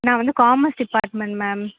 நான் வந்து commerce department ma'am